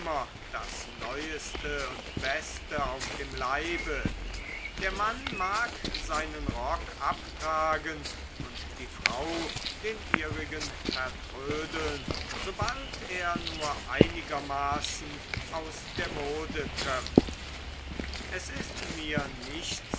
das neueste und beste auf dem leibe der mann mag seinen rock abtragen und die frau den ihrigen vertrödeln sobald er nur einigermaßen aus der mode kömmt es ist mir nichts